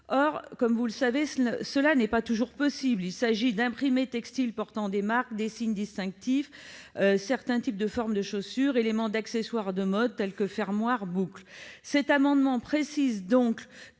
Or, comme vous le savez, cela n'est pas toujours possible. Je pense aux imprimés textiles portant des marques, des signes distinctifs, à certains types de chaussures ou éléments d'accessoires de mode tels que les fermoirs, les boucles. Cet amendement donc